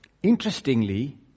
Interestingly